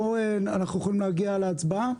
אנחנו יכולים להגיע להצבעה?